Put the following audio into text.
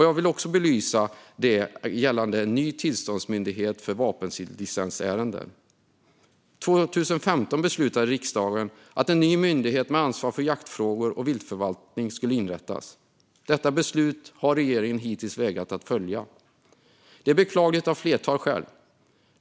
Jag vill också belysa det som handlar om en ny tillståndsmyndighet för vapenlicensärenden. År 2015 beslutade riksdagen att en ny myndighet med ansvar för jaktfrågor och viltförvaltning skulle inrättas. Detta beslut har regeringen hittills vägrat att följa. Det är beklagligt av ett flertal skäl.